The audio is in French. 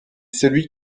celui